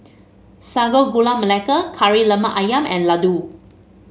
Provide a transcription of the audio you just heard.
Sago Gula Melaka Kari Lemak ayam and laddu